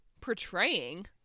portraying